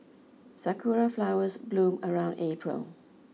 sakura flowers bloom around April